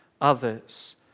others